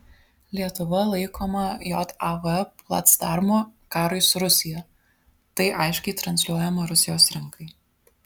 lietuva laikoma jav placdarmu karui su rusija tai aiškiai transliuojama rusijos rinkai